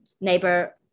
neighbor